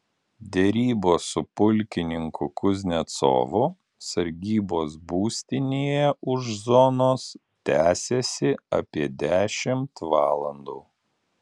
derybos su pulkininku kuznecovu sargybos būstinėje už zonos tęsėsi apie dešimt valandų